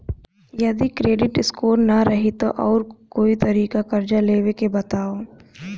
जदि credit score ना रही त आऊर कोई तरीका कर्जा लेवे के बताव?